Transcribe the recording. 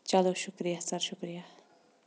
چلو شُکریہ سَر شُکریہ